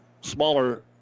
smaller